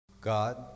God